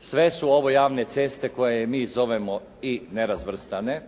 Sve su ovo javne ceste koje mi zovemo i nerazvrstane.